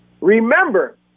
Remember